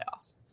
playoffs